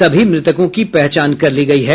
सभी मृतकों की पहचान कर ली गई है